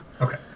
Okay